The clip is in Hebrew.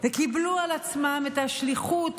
וקיבלו על עצמם את השליחות הלאומית,